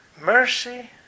mercy